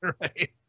Right